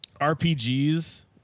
RPGs